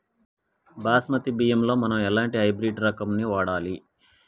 బాస్మతి బియ్యంలో మనం ఎలాంటి హైబ్రిడ్ రకం ని వాడాలి?